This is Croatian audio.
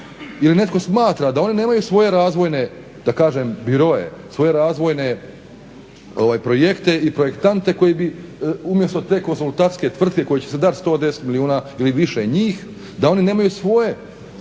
ili netko smatra da oni nemaju svoje da kažem biroe svoje razvojne projekte i projektante koji bi umjesto te konzultantske tvrtke kojoj će se dati 110 milijuna ili više njih da oni nemaju svoje